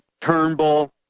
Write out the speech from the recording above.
Turnbull